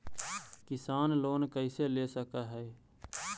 किसान लोन कैसे ले सक है?